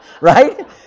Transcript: right